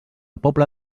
pobla